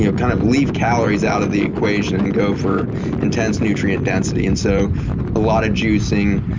you know kind of leave calories out of the equation and go for intense nutrient density. and so a lot of juicing,